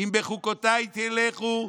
"אם בחֻקֹּתַי תלכו,